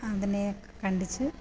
അതിനെ കണ്ടിച്ചു